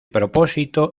propósito